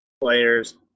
players